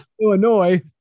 Illinois